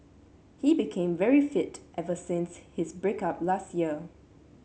he became very fit ever since his break up last year